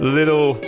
little